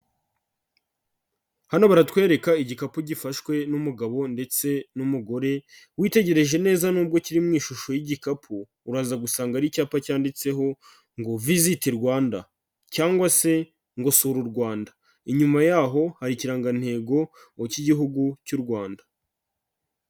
Hano baratwereka igikapu gifashwe n'umugabo ndetse n'umugore, witegereje neza nubwo kiri mu ishusho y'igikapu uraza gusanga ari icyapa cyanditseho ngo visit Rwanda, cyangwa se ngo sura u Rwanda, inyuma y'aho hari ikirangantego cy'igihugu cy'u Rwanda.